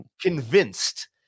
convinced